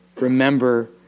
Remember